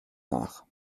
nach